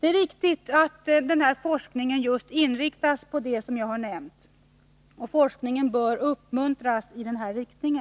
Det är viktigt att den här forskningen inriktas just på det som jag har nämnt, och forskningen bör uppmuntras i denna riktning.